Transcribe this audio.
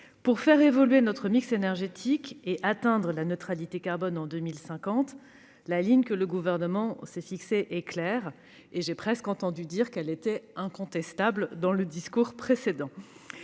Pour faire évoluer notre mix énergétique et atteindre la neutralité carbone en 2050, le Gouvernement s'est fixé une ligne claire - j'ai même presque entendu dire qu'elle était « incontestable » dans le discours précédent